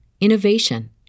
innovation